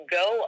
go